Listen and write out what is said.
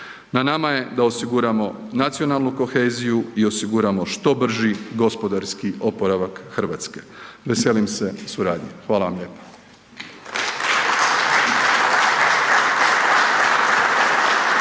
Na nama je da osiguramo nacionalnu koheziju i osiguramo što brži gospodarski oporavak Hrvatske. Veselim se suradnji. Hvala vam lijepo.